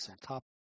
top